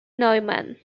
neumann